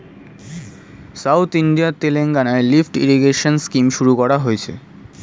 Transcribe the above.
south ইন্ডিয়ার তেলেঙ্গানায় lift irrigation scheme শুরু করা হয়েছে